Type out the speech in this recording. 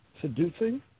seducing